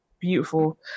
beautiful